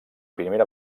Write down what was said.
primera